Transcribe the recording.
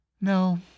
No